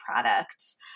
products